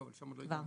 לשם עוד לא הגענו.